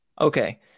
Okay